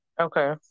Okay